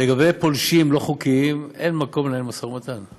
לגבי פולשים לא חוקיים, אין מקום לנהל משא ומתן.